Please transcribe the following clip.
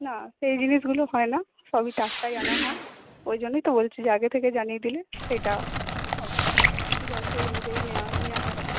না সেই জিনিসগুলো হয় না সবই টাটকাই আনা হয় ওই জন্যই তো বলছি যে আগে থেকে জানিয়ে দিলে সেটা হবে সেই অনুযায়ী নেওয়া নিয়ে আসা হবে